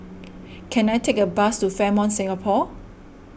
can I take a bus to Fairmont Singapore